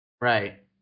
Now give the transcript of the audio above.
Right